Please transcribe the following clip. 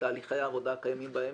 מתהליכי עבודה הקיימים בהם.